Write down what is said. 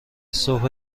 صبح